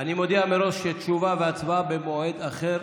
אני מודיע מראש שתשובה והצבעה במועד אחר.